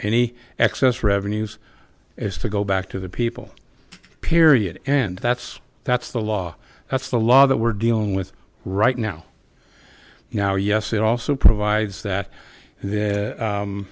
any excess revenues is to go back to the people period end that's that's the law that's the law that we're dealing with right now now yes it also provides that the